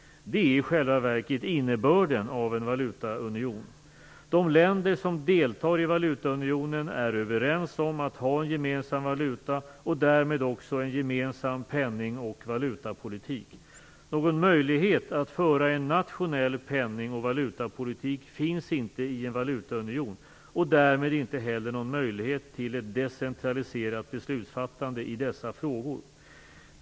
Det är i själva verket innebörden av en valutaunion. De länder som deltar i valutaunionen är överens om att ha en gemensam valuta och därmed också en gemensam penningoch valutapolitik. Någon möjlighet att föra en nationell penning och valutapolitik finns inte i en valutaunion. Därmed finns det inte heller någon möjlighet till ett decentraliserat beslutsfattande i dessa frågor.